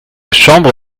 chambre